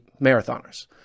marathoners